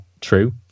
true